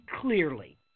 clearly